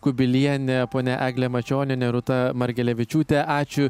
kubilienė ponia eglė mačionienė rūta margelevičiūtė ačiū